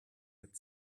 had